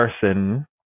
person